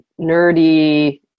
nerdy